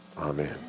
Amen